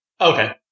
Okay